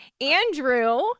Andrew